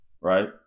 right